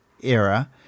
era